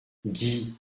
guy